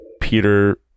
Peter